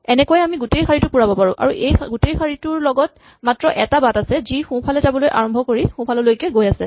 এনেকৈয়ে মই গোটেই শাৰীটো পুৰাব পাৰো আৰু এই গোটেই শাৰীটোৰ লগত মাত্ৰ এটা বাট আছে যি সোঁফালে যাবলৈ আৰম্ভ কৰি সোঁফাললৈকে গৈ আছে